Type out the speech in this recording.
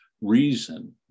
reason